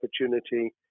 opportunity